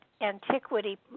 antiquity